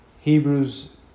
Hebrews